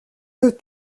peux